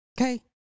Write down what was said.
Okay